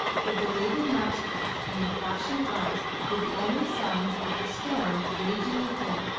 the dilated nostrils and the flashing eyes were the only signs of the storm raging within,